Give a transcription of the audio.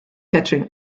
catching